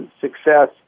success